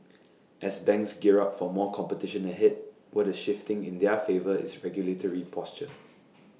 as banks gear up for more competition ahead what the shifting in their favour is regulatory posture